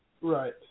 Right